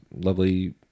lovely